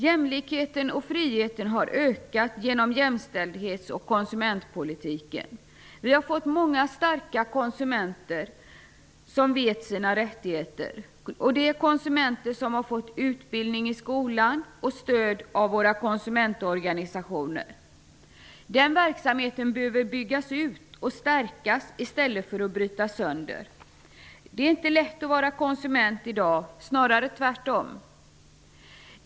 Jämlikheten och friheten har ökat genom jämställdhets och konsumentpolitiken. Vi har fått många starka konsumenter som vet sina rättigheter. Det är konsumenter som har fått utbildning i skolan och stöd av konsumentorganisationerna. Den verksamheten behöver byggas ut och stärkas i stället för att brytas sönder. Det är inte lätt att vara konsument i dag, snarare tvärtom.